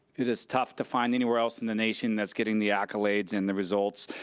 it is tough to find anywhere else in the nation that's getting the accolades and the results,